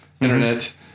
Internet